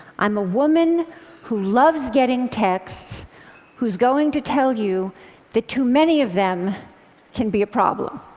i'm a woman who loves getting texts who's going to tell you that too many of them can be a problem.